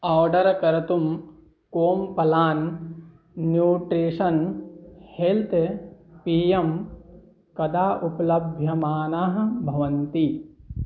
order कर्तुं Complan nutrition health पेयं कदा उपलभ्यमानाः भवन्ति